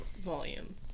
volume